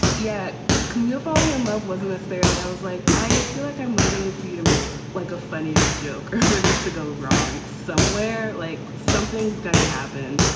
yet. cameo falling in love wasn't this fairly. i was like, i feel like i'm waiting for you to make like a funnier joke for this to go wrong somewhere. like something's going to happen.